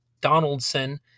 Donaldson